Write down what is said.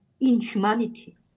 inhumanity